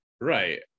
right